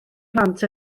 plant